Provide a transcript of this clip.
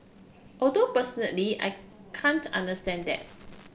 although personally I can't understand that